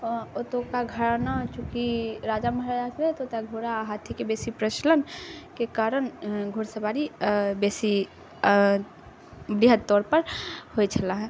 ओतुका घराना चूँकि राजा महाराजाके रहै तऽ ओतऽ घोड़ा हाथीके बेसी प्रचलनके कारण घोड़सवारी बेसी वृहद तौरपर होइ छलाह हँ